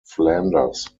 flanders